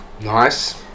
Nice